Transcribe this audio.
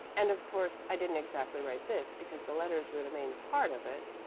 and of course i didn't exactly write this because the letters were the main part of it.